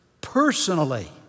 personally